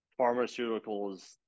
pharmaceuticals